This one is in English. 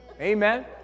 Amen